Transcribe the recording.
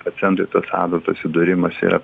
pacientui tas adatos įdūrimas yra